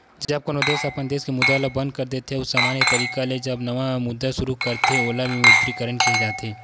जब कोनो देस अपन देस के मुद्रा ल बंद कर देथे अउ समान्य तरिका ले जब नवा मुद्रा सुरू करथे ओला विमुद्रीकरन केहे जाथे